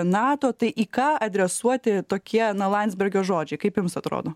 nato tai į ką adresuoti tokie na landsbergio žodžiai kaip jums atrodo